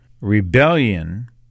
Rebellion